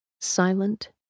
silent